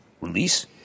release